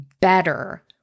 better